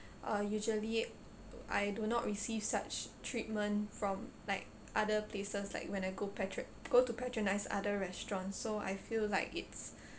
uh usually I do not receive such treatment from like other places like when I go patro~ go to patronise other restaurants so I feel like it's